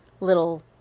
little